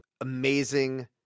amazing